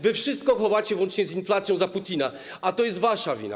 Wy wszystko chowacie, włącznie z inflacją, za Putina, a to jest wasza wina.